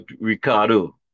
Ricardo